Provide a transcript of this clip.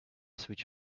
switch